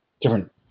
different